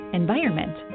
environment